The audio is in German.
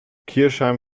kirchheim